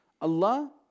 Allah